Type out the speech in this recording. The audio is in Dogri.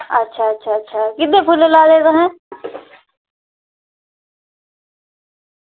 अच्छा अच्छा किन्नै फुल्ल लाये दे तुसें